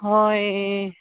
হয়